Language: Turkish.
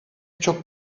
çok